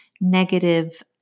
negative